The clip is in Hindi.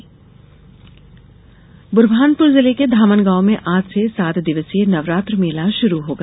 नवरात्र मेला बुरहानपुर जिले के धामनगॉव में आज से सात दिवसीय नवरात्र मेला शुरू होगा